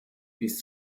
dies